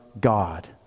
God